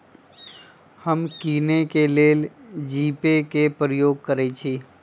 हम किने के लेल जीपे कें प्रयोग करइ छी